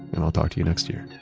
and i'll talk to you next year